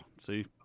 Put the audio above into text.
see